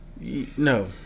No